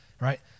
right